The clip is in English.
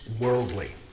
worldly